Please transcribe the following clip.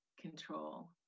control